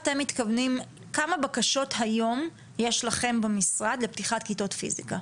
כמה בקשות היום יש לכם במשרד לפתיחת כיתות פיזיקה?